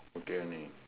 okay only